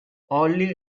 holly